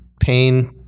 pain